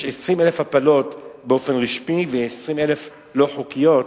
יש 20,000 הפלות באופן רשמי ו-20,000 לא חוקיות,